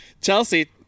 Chelsea